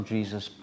Jesus